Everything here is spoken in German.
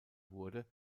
wurde